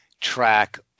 track